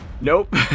Nope